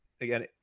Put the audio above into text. again